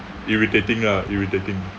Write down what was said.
irritating lah irritating